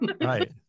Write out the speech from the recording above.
right